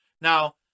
Now